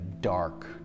dark